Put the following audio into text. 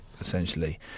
essentially